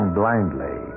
blindly